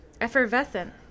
Effervescent